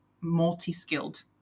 multi-skilled